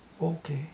okay